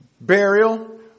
burial